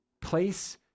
Place